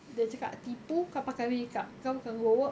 dia cakap tipu kau pakai makeup kau bukan go work